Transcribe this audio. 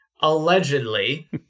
allegedly